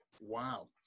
Wow